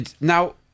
now